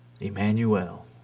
Emmanuel